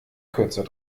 kürzer